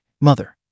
Mother